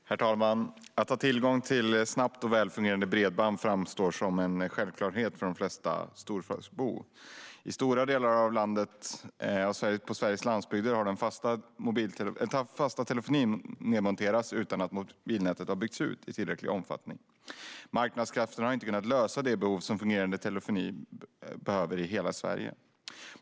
Herr talman! Att ha tillgång till ett snabbt och välfungerande bredband framstår som en självklarhet för de flesta storstadsbor. I stora delar av landet, på Sveriges landsbygd, har dock den fasta telefonin nedmonterats utan att mobilnätet har byggts ut i tillräcklig omfattning. Marknadskrafterna har inte kunnat lösa behovet av fungerande telefoni i hela Sverige.